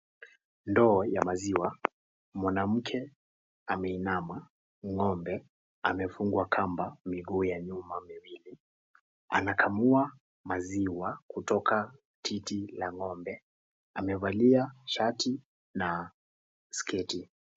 Ndoo ya maziwa mwanamke ameinama ngombe amefungwa kamba miguu ya nyuma miwili anakamua maziwa kutoka titi la ngombe amevalia shati na sketi.